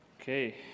Okay